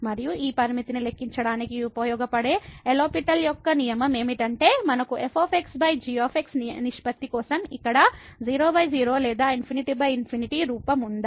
మరియు ఈ లిమిట్ ని లెక్కించడానికి ఉపయోగపడే లో పిటెల్L'Hospital యొక్క నియమం ఏమిటంటే మనకు f g నిష్పత్తి కోసం ఇక్కడ 00 లేదా ∞∞ రూపం ఉందా